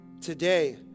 Today